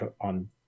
on